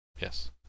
Yes